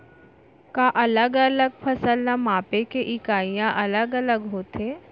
का अलग अलग फसल ला मापे के इकाइयां अलग अलग होथे?